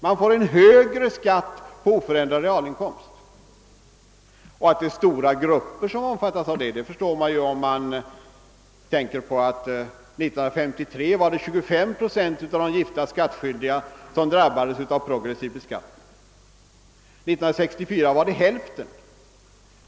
Man får en högre skatt på oförändrad realinkomst, och att det är stora grupper det är fråga om förstår man, om man betänker att 1953 drabbades 25 procent av de gifta skattskyldiga ju av progressiv beskattning men 1964 hälften.